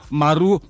maru